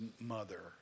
mother